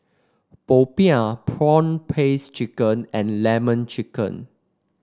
popiah prawn paste chicken and lemon chicken